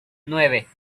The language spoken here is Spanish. nueve